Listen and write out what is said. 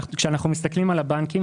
כאשר אנחנו מסתכלים על הבנקים,